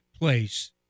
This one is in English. place